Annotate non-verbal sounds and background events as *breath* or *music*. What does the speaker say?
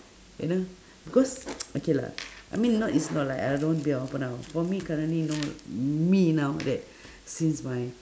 you know because *noise* okay lah I mean now is not like I don't want to be open now for me currently no me now that *breath* since my